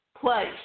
place